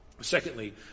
Secondly